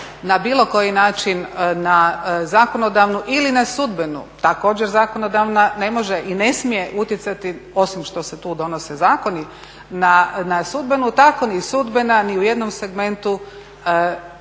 na bilo koji način na zakonodavnu ili na sudbenu, također zakonodavna ne može i ne smije utjecati osim što se tu donose zakoni na sudbenu, tako ni sudbena ni u jednom segmentu